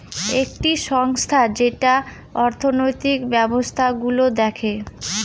একটি সংস্থা যেটা অর্থনৈতিক ব্যবস্থা গুলো দেখে